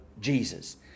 jesus